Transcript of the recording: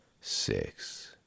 six